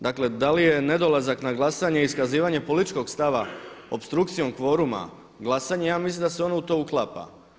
Dakle, da li je nedolazak na glasanje iskazivanje političkog stava opstrukcijom kvoruma glasanjem ja mislim da se ono u to uklapa.